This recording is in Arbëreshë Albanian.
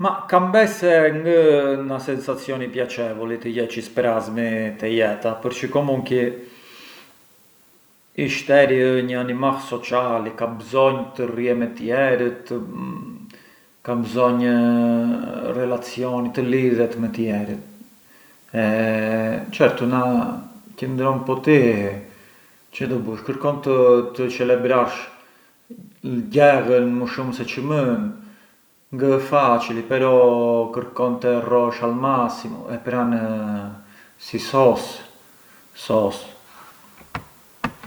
Ma kam bes se ngë ë una sensazioni piacevoli të jesh i sprasmi te jeta, përçë comunqui ishteri ë një animall sociali, ka mbzonjë të rrie me tjerët, ka mbzonj relacion, të lidhet me tjerët e certu nga qëndron po ti, çë do bush, kërkon të çelebrarsh gjellën më shumë se çë mën, ngë ë façili però kërkon të e rrosh au massimu e pran si sos sos.